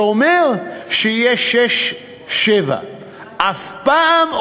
זה אומר שיהיה 7:6. אף פעם,